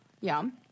Yum